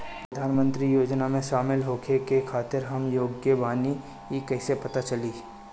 प्रधान मंत्री योजनओं में शामिल होखे के खातिर हम योग्य बानी ई कईसे पता चली?